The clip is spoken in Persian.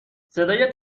صدای